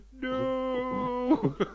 no